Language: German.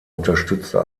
unterstützte